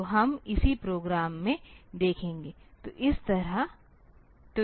तो हम इसी प्रोग्राम में देखेंगे तो यह इस तरह है